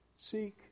Seek